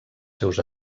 seus